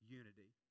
unity